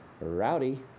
Rowdy